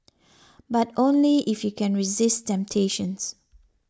but only if you can resist temptations